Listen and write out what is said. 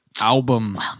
album